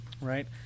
right